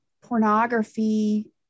pornography